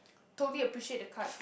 totally appreciate the card